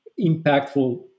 impactful